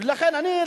לכן אני,